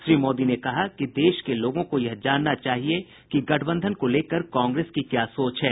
श्री मोदी ने कहा कि देश के लोगों को यह जानना चाहिए कि गठबंधन को लेकर कांग्रेस की क्या सोच है